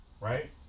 right